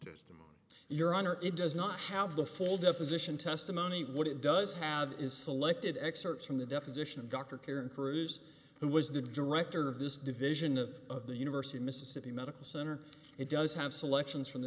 your honor it does not have the full deposition testimony what it does have is selected excerpts from the deposition of dr karen cruz who was the director of this division of the university of mississippi medical center it does have selections from the